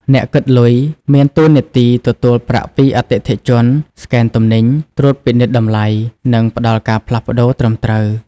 អ្នកគិតលុយ មានតួនាទីទទួលប្រាក់ពីអតិថិជន ស្កេនទំនិញ ត្រួតពិនិត្យតម្លៃ និងផ្តល់ការផ្លាស់ប្តូរត្រឹមត្រូវ។